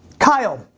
kyle,